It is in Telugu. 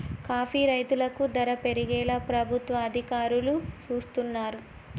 కాఫీ రైతులకు ధర పెరిగేలా ప్రభుత్వ అధికారులు సూస్తున్నారు